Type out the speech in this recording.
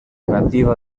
nativa